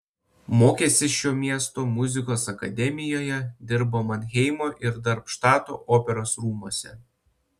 mokėsi šio miesto muzikos akademijoje dirbo manheimo ir darmštato operos rūmuose